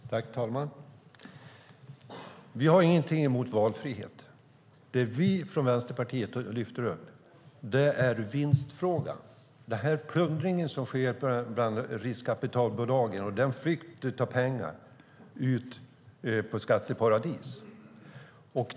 Herr talman! Vi har ingenting emot valfrihet. Det vi från Vänsterpartiet lyfter fram är vinstfrågan, riskkapitalbolagens plundring och flykten av pengar till skatteparadis.